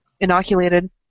inoculated